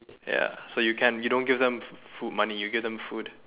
ya so you can you don't give them food money you give them food